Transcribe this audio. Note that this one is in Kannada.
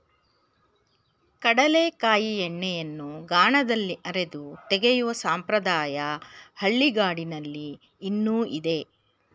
ಕಡಲೆಕಾಯಿ ಎಣ್ಣೆಯನ್ನು ಗಾಣದಲ್ಲಿ ಅರೆದು ತೆಗೆಯುವ ಸಂಪ್ರದಾಯ ಹಳ್ಳಿಗಾಡಿನಲ್ಲಿ ಇನ್ನೂ ಇದೆ